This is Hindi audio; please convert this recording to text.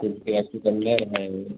इसके बाद चुकंदर है